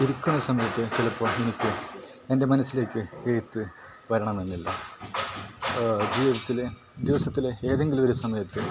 ഇരിക്കുന്ന സമയത്ത് ചിലപ്പോൾ എനിക്ക് എൻ്റെ മനസ്സിലേക്ക് എഴുത്ത് വരണമെന്നില്ല ജീവിതത്തിലെ ദിവസത്തിലെ ഏതെങ്കിലൊരു സമയത്ത്